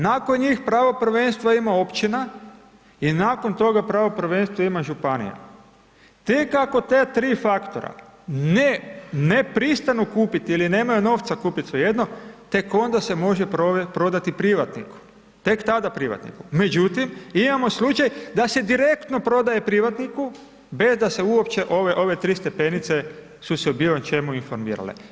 Nakon njih pravo prvenstva ima općina i nakon toga pravo prvenstva ima županija, tek ako ta 3 faktora ne pristanu kupiti ili nemaju novca, svejedno, tek onda se može prodati privatniku, tek tada privatniku međutim, imamo slučaj da se direktno prodaje privatniku bez da se uopće ove 3 stepenice su se u biločemu informirale.